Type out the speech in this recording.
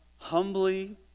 humbly